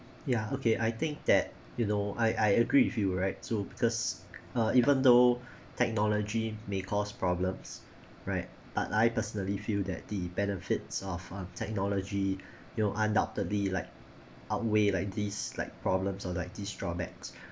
ya okay I think that you know I I agree with you right too because uh even though technology may cause problems right but I personally feel that the benefits of uh technology you know undoubtedly like outweigh like these like problems or like these drawbacks